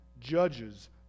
judges